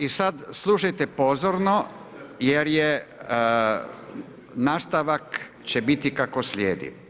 I sad slušajte pozorno, jer je nastavak će biti kako slijedi.